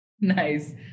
Nice